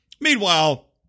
meanwhile